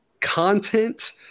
content